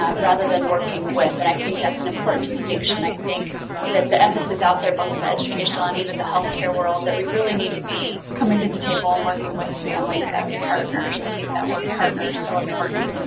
um rather than working with, and i think that is an important distinction. i think that the emphasis out there, both in the educational and even the health care world, that we really need to be coming to the table and working with families as partners, i think that word, partners is so important.